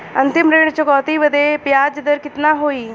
अंतिम ऋण चुकौती बदे ब्याज दर कितना होई?